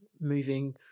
moving